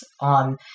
on